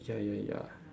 ya ya ya